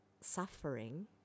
suffering